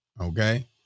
Okay